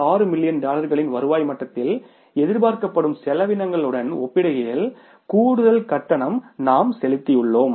6 million டாலர்களின் வருவாய் மட்டத்தில் எதிர்பார்க்கப்படும் செலவினங்களுடன் ஒப்பிடுகையில் கூடுதல் கட்டணம் செலுத்தியுள்ளோம்